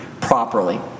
properly